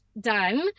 done